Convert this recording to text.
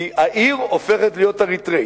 כי העיר הופכת להיות אריתריאית.